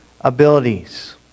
abilities